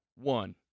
one